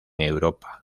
europa